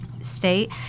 state